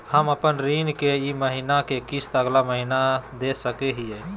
हम अपन ऋण के ई महीना के किस्त अगला महीना दे सकी हियई?